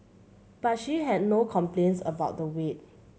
but she had no complaints about the wait